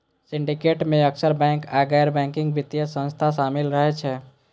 syndicate मे अक्सर bank आ गैर बैंकिंग वित्तीय संस्था शामिल रहै छै